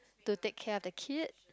to take care of the kid